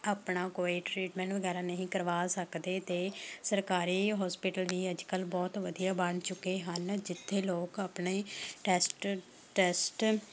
ਆਪਣਾ ਕੋਈ ਟਰੀਟਮੈਂਟ ਵਗੈਰਾ ਨਹੀਂ ਕਰਵਾ ਸਕਦੇ ਅਤੇ ਸਰਕਾਰੀ ਹੋਸਪਿਟਲ ਜੀ ਅੱਜ ਕੱਲ੍ਹ ਬਹੁਤ ਵਧੀਆ ਬਣ ਚੁੱਕੇ ਹਨ ਜਿੱਥੇ ਲੋਕ ਆਪਣੇ ਟੈਸਟ ਟੈਸਟ